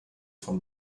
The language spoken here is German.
von